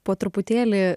po truputėlį